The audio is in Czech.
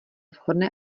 vhodné